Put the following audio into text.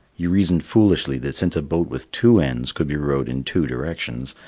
he reasoned foolishly that since a boat with two ends could be rowed in two directions,